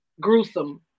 gruesome